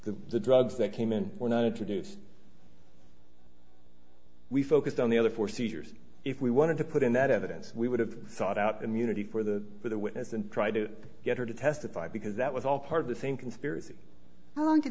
the drugs that came in were not introduced we focused on the other four seizures if we wanted to put in that evidence we would have sought out immunity for the for the witness and try to get her to testify because that was all part of the same conspiracy